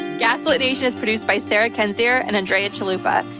gaslit nation is produced by sarah kenzor and andrea chalupa.